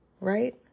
right